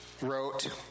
wrote